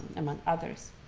among others.